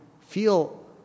feel